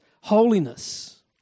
holiness